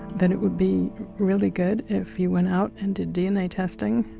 then it would be really good if you went out and did dna testing,